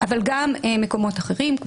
אבל גם מקומות אחרים,